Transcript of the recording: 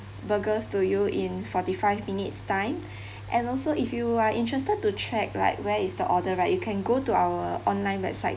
burgers to you in forty five minutes time and also if you are interested to check like where is the order right you can go to our online website